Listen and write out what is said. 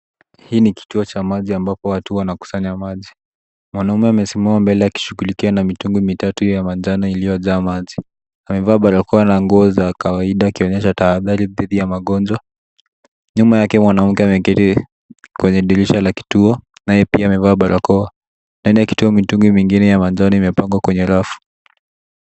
Hii ni kituo cha maji ambapo watu wanakusanya maji. Mwanaume amesimama mbele akishughulikia na mitungi mitatu ya manjano iliyojaa maji. Amevaa barakoa na nguo za kawaida akionyesha tahadhari dhidi ya magonjwa. Nyuma yake mwanamke amegirii kwenye dirisha la kituo naye pia amevaa barakoa. Ndani ya kituo mitungi mingine ya manjano imepangwa kwenye rafu.